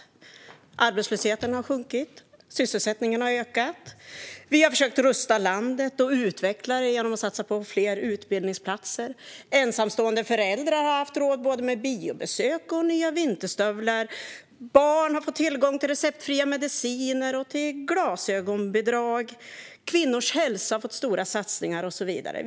Arbetslösheten har sjunkit, och sysselsättningen har ökat. Vi har försökt att rusta landet och utveckla det genom att satsa på fler utbildningsplatser. Ensamstående föräldrar har fått råd med både biobesök och nya vinterstövlar till barnen. Barn har fått fria mediciner och glasögonbidrag, det har gjorts stora satsningar på kvinnors hälsa och så vidare.